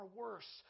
worse